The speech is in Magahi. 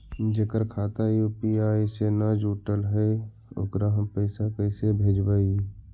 जेकर खाता यु.पी.आई से न जुटल हइ ओकरा हम पैसा कैसे भेजबइ?